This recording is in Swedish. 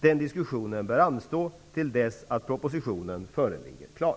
Den diskussionen bör anstå till dess att propositionen föreligger klar.